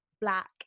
black